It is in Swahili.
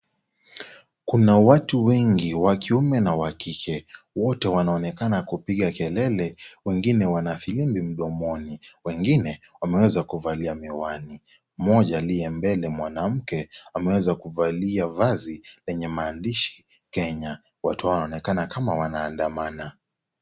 Kuna watu wengi wa kiume na wa kike wote wanaonekana kupiga kelele wengine wana firimbi mdomoni, wengine wameweza kuvalia miwani. Mmoja aliye mbele mwanamke ameweza kuvalia vazi lenye maandishi Kenya , watu hawa wanaonekana kama wanaandamana.